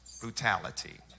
brutality